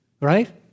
right